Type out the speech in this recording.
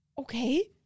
Okay